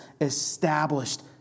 established